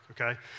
okay